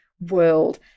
world